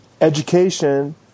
Education